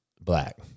black